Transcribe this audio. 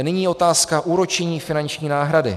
Nyní otázka úročení finanční náhrady.